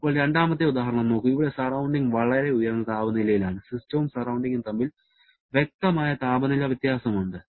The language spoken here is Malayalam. ഇപ്പോൾ രണ്ടാമത്തെ ഉദാഹരണം നോക്കൂ ഇവിടെ സറൌണ്ടിങ് വളരെ ഉയർന്ന താപനിലയിൽ ആണ് സിസ്റ്റവും സറൌണ്ടിങ്ങും തമ്മിൽ വ്യക്തമായ താപനില വ്യത്യാസമുണ്ട്